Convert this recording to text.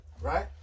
Right